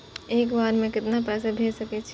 एक बार में केतना पैसा भेज सके छी?